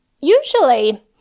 usually